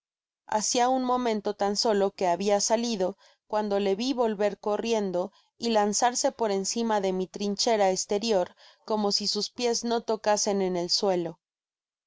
hacia un momento tan solo que habia salido cuando le vi volver corriendo y lanzarse por encima de mi trinchera estertor como si sus pies no tocasen en el suelo